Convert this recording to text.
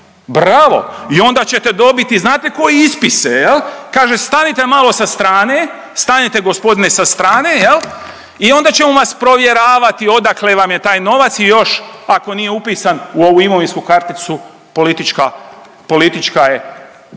bravo i onda ćete dobiti, znate koje ispise, je li? Kaže, stanite malo sa strane, stanice, gospodine sa strane, je li, i onda ćemo vas provjeravati odakle vam je taj novac i još, ako nije upisan u ovu imovinsku karticu, politička je gotova